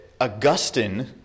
Augustine